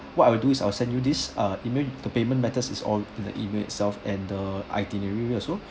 what I would do is I'll send you this ah email the payment methods is all in the email itself and the itinerary also